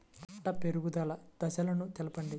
పంట పెరుగుదల దశలను తెలపండి?